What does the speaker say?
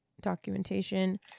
documentation